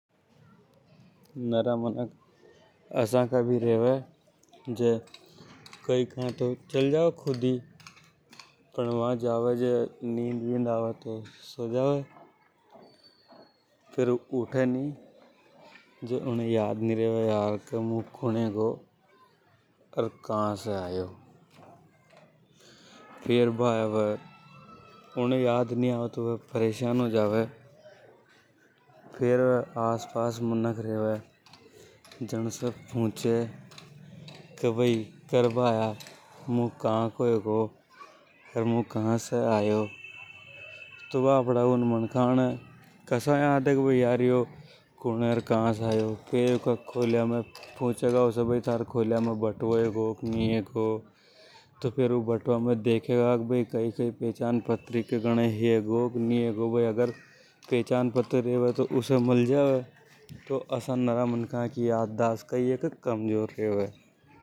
नरा मनक आसा रेवे जे कई भी खुद ही चल जावे पण। वा नींद विंद आवे जे सो जावे। फेर उठे नि उने याद नि रेवे के मु कुण हेगो। अर कहा से आयो फेर वे आस पास मानक रेवे जन से पुछे। करे भाया मु का को हेगो अर मु का से आयो। बटुआ हे के नि हे कई-कई पहचान पत्र हे के नि हे। पहचान पत्र रेवे तो ऊ मनक को पतों लगा सका। तो नरा मनक आसा का रेवे।